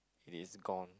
it is gone